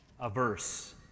averse